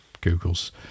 Google's